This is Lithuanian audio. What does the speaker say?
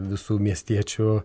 visų miestiečių